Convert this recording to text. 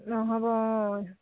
নহ'ব